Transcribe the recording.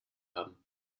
haben